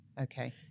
Okay